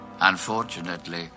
Unfortunately